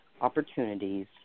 opportunities